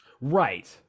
Right